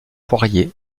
poirier